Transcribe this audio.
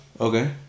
Okay